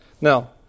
Now